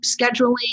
scheduling